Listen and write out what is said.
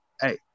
hey